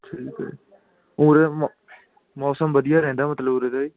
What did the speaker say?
ਠੀਕ ਹੈ ਜੀ ਉਰੇ ਮੌ ਮੌਸਮ ਵਧੀਆ ਰਹਿੰਦਾ ਮਤਲਬ ਉਰੇ ਦਾ ਜੀ